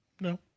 no